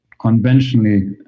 conventionally